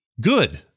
good